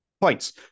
points